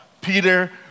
Peter